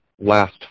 last